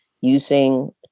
Using